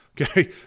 Okay